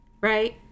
Right